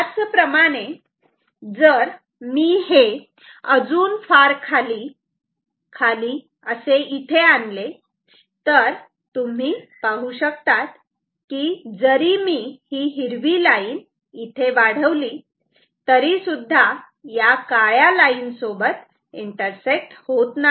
त्याचप्रमाणे जर मी हे अजून फार खाली खाली असे इथे आणले तर तुम्ही पाहू शकतात की जरी मी हिरवी लाईन इथे वाढवली तरीसुद्धा या काळ्या लाइन सोबत इंटरसेक्ट होत नाही